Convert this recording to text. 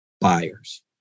buyers